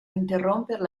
interrompere